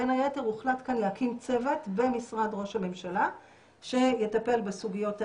בין היתר הוחלט כאן להקים צוות במשרד ראש הממשלה שיטפל בסוגיות האלה,